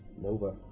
Nova